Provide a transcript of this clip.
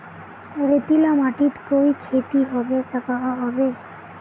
रेतीला माटित कोई खेती होबे सकोहो होबे?